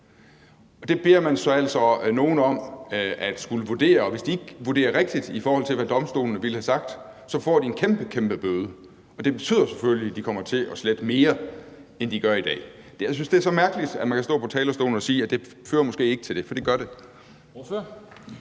Det beder man så altså nogle om at skulle vurdere, og hvis de ikke vurderer rigtigt, i forhold til hvad domstolene ville have sagt, så får de en kæmpe, kæmpe bøde. Og det betyder selvfølgelig, at de kommer til at slette mere, end de gør i dag. Jeg synes, det er så mærkeligt, at man kan stå på talerstolen og sige, at det måske ikke fører til det, for det gør det.